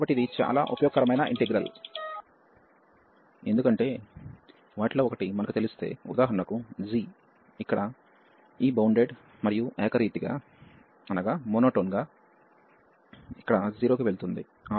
కాబట్టి ఇది చాలా ఉపయోగకరమైన ఇంటిగ్రల్ ఎందుకంటే వాటిలో ఒకటి మనకు తెలిస్తే ఉదాహరణకు g ఇక్కడ ఈ బౌండెడ్ మరియు మొనోటోన్గా ఇక్కడ 0 కి వెళుతుంది